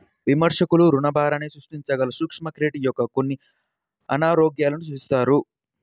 విమర్శకులు రుణభారాన్ని సృష్టించగల సూక్ష్మ క్రెడిట్ యొక్క కొన్ని అనారోగ్యాలను సూచిస్తారు